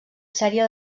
sèrie